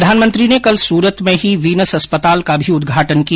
प्रधानमंत्री ने कल सूरत में ही वीनस अस्पताल का भी उदघाटन किया